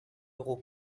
euros